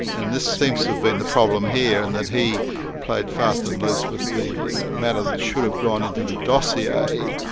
and this seems to have been the problem here, in and that he played fast and loose with the matter that should have gone into the dossier.